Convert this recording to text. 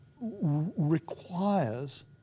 requires